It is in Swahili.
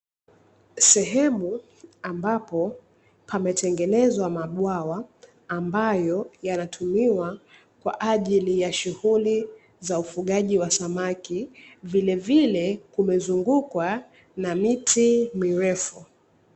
Sehemu ambapo pametengenezwa mabwawa ambayo yanatumiwa kwa ajili ya shughuli za ufugaji wa samaki, vilevile kumezungukwa na miti mirefu.